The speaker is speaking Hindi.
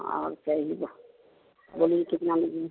और चाहिए बोलिए कितना लेंगी